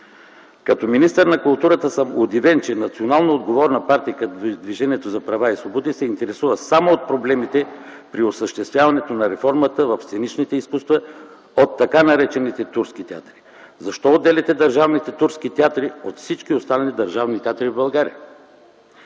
Като министър на културата съм удивен, че национално отговорна партия като Движението за права и свободи се интересува само от проблемите при осъществяването на реформата в сценичните изкуства от така наречените турски театри. Защо отделяте държавните турски театри от всички останали държавни театри в България,